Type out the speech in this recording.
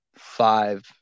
Five